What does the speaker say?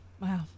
Wow